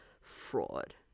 fraud